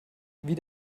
wie